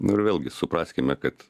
nu ir vėlgi supraskime kad